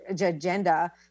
agenda